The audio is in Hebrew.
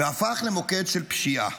והפך למוקד של פשיעה.